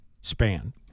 span